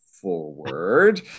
forward